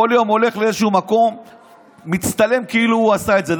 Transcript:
הוא כל יום הולך לאיזשהו מקום ומצטלם כאילו הוא עשה את זה.